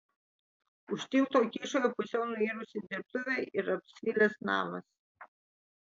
už tilto kyšojo pusiau nuirusi dirbtuvė ir apsvilęs namas